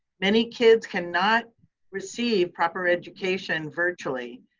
many kids cannot receive proper education virtually.